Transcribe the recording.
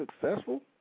successful